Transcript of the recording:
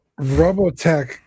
Robotech